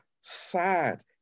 sad